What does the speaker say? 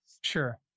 Sure